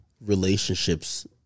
relationships